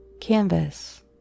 canvas